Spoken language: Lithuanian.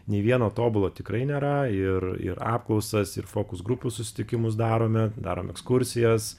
nei vieno tobulo tikrai nėra ir ir apklausas ir fokus grupių susitikimus darome darom ekskursijas